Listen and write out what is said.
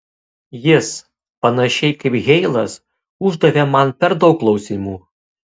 jis panašiai kaip heilas uždavė man per daug klausimų